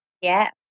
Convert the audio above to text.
Yes